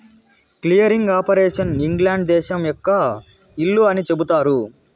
clearing operation England దేశం యొక్క ఇల్లు అని చెబుతారు